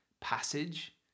Passage